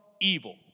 evil